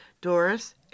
Doris